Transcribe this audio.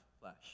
flesh